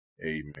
Amen